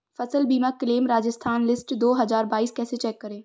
फसल बीमा claim Rajasthan list दो हज़ार बाईस कैसे चेक करें?